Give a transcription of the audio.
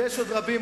ויש עוד רבים.